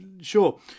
sure